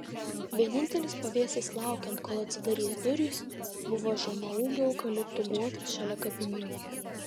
vienintelis pavėsis laukiant kol atsidarys durys buvo žemaūgių eukaliptų guotas šalia kapinių